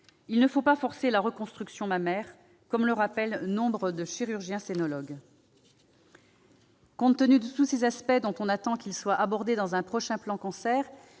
Il ne faut pas forcer la reconstruction mammaire », rappellent nombre de chirurgiens sénologues. Compte tenu de tous ces aspects, dont on attend qu'ils soient abordés dans un prochain plan Cancer,